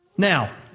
Now